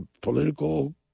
political